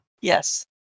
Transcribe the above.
Yes